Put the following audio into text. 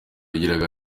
yagiraga